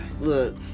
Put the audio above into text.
Look